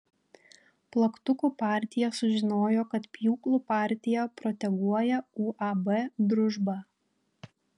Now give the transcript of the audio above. plaktukų partija sužinojo kad pjūklų partija proteguoja uab družba